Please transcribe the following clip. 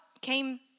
came